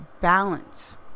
balance